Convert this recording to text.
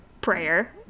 prayer